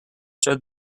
showed